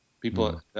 People